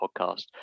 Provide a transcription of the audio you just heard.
podcast